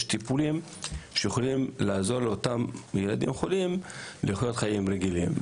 יש טיפולים שיכולים לעזור לאותם ילדים חולים לחיות חיים רגילים.